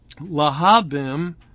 Lahabim